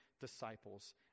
disciples